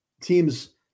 team's